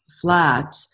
flat